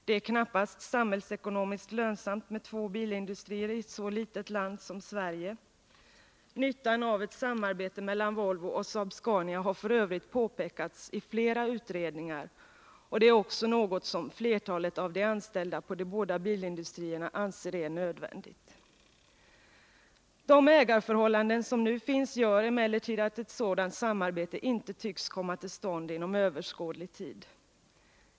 Det är knappast samhällsekonomiskt lönsamt med två bilindustrier i ett så litet land som Sverige. Nyttan av ett samarbete mellan Volvo och Saab-Scania har f. ö. påpekats i flera utredningar, och det är också något som flertalet av de anställda på de båda bilindustrierna anser vara nödvändigt. De ägarförhållanden som nu finns gör emellertid att ett sådant samarbete inte tycks komma till stånd inom överskådlig tid.